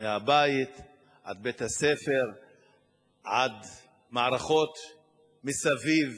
מהבית עד בית-הספר עד מערכות מסביב.